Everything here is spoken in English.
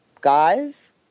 guys